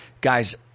Guys